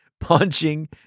punching